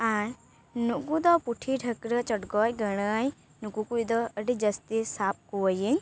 ᱟᱨ ᱱᱩᱠᱩ ᱫᱚ ᱯᱩᱴᱷᱤ ᱰᱷᱟᱹᱠᱨᱟᱹ ᱪᱚᱰᱜᱚᱡ ᱜᱟᱹᱲᱟᱹᱭ ᱱᱩᱠᱩ ᱠᱩᱫᱚ ᱟᱹᱰᱤ ᱡᱟᱹᱛᱤ ᱥᱟᱵ ᱠᱚᱣᱟᱹᱤᱧ